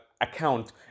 account